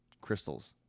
crystals